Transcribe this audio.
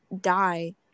die